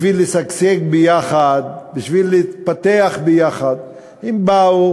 בשביל לשגשג יחד, בשביל להתפתח יחד, הם באו